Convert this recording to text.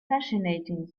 fascinating